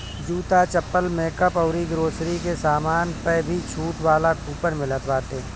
जूता, चप्पल, मेकअप अउरी ग्रोसरी के सामान पअ भी छुट वाला कूपन मिलत बाटे